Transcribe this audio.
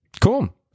Cool